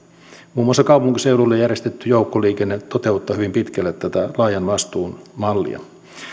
muun muassa kaupunkiseuduille järjestetty joukkoliikenne toteuttaa hyvin pitkälle tätä laajan vastuun mallia